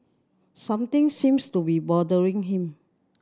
something seems to be bothering him